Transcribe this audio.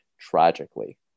tragically